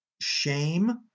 shame